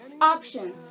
Options